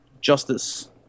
Justice